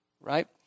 right